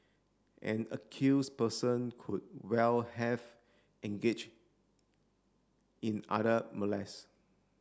an accuse person could well have engage in other molest